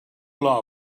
law